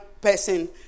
person